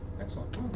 Excellent